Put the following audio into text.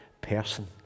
person